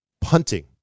punting